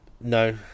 no